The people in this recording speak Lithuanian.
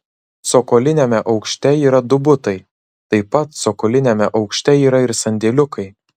cokoliniame aukšte yra du butai taip pat cokoliniame aukšte yra ir sandėliukai